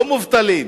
לא מובטלים,